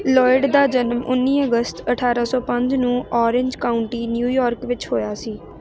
Lloyd ਦਾ ਜਨਮ ਉੱਨੀ ਅਗਸਤ ਅਠਾਰਾਂ ਸੌ ਪੰਜ ਨੂੰ ਔਰੇਂਜ ਕਾਉਂਟੀ ਨਿਊਯਾਰਕ ਵਿੱਚ ਹੋਇਆ ਸੀ